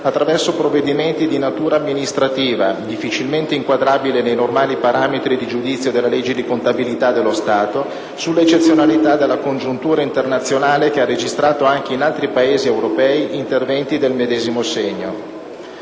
attraverso provvedimenti di natura amministrativa - difficilmente inquadrabile nei normali parametri di giudizio della legge di contabilità dello Stato - sulla eccezionalità della congiuntura internazionale che ha registrato anche in altri Paesi europei interventi del medesimo segno».